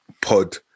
pod